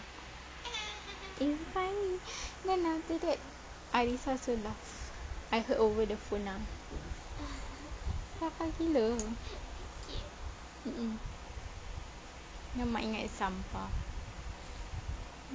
it's funny then after that I arrisa also laugh I heard over the phone lah kelakar gila mmhmm then mak ingat sampah